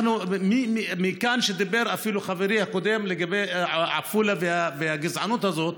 דיבר חברי קודם לגבי עפולה והגזענות הזאת.